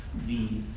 the